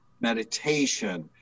meditation